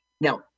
Now